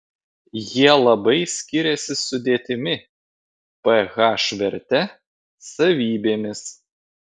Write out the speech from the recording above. jie labai skiriasi sudėtimi ph verte savybėmis